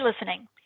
listening